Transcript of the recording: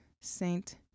Saint